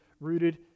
rooted